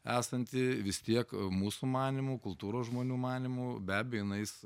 esanti vis tiek mūsų manymu kultūros žmonių manymu be abejo jinais